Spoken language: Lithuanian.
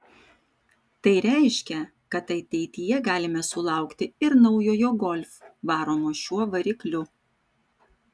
tai reiškia kad ateityje galima sulaukti ir naujojo golf varomo šiuo varikliu